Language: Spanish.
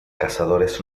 cazadores